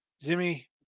Jimmy